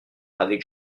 avec